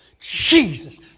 Jesus